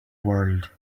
world